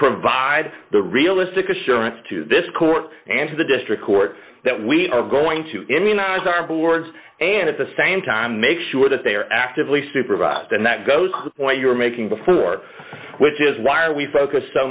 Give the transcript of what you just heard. provide the realistic assurance to this court and to the district court that we are going to immunize our boards and at the same time make sure that they are actively supervised and that goes the point you're making before which is why are we focused so